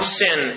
sin